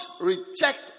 reject